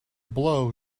blow